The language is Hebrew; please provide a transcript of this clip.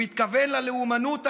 הוא התכוון ללאומנות הרעה.